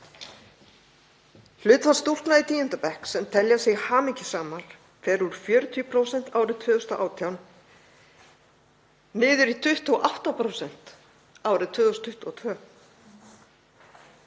Hlutfall stúlkna í tíunda bekk sem telja sig hamingjusamar fer úr 40% árið 2018 niður í 28% árið 2022.